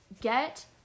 get